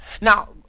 Now